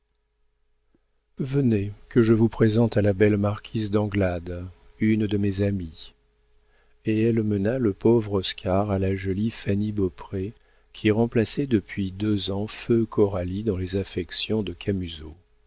venez que je vous présente à la belle marquise d'anglade une de mes amies et elle mena le pauvre oscar à la jolie fanny beaupré qui remplaçait depuis deux ans feu coralie dans les affections de